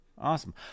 awesome